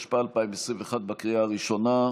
3), התשפ"א 2021, בקריאה הראשונה.